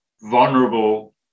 vulnerable